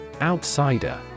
Outsider